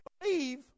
believe